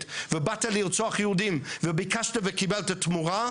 ובאת לרצוח יהודים וביקשת וקיבלת תמורה,